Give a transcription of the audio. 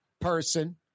person